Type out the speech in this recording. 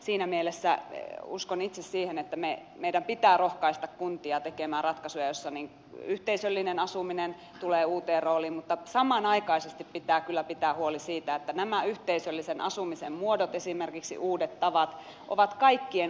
siinä mielessä uskon itse siihen että meidän pitää rohkaista kuntia tekemään ratkaisuja joissa yhteisöllinen asuminen tulee uuteen rooliin mutta samanaikaisesti pitää kyllä pitää huoli siitä että esimerkiksi nämä yhteisöllisen asumisen muodot uudet tavat ovat kaikkien ulottuvilla